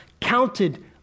counted